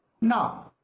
Now